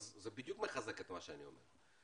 זה בדיוק מחזק את מה שאני אומר.